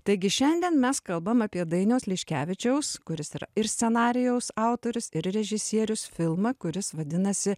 taigi šiandien mes kalbam apie dainiaus liškevičiaus kuris yra ir scenarijaus autorius ir režisierius filmą kuris vadinasi